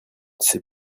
sait